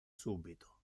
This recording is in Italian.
subito